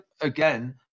again